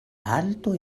alto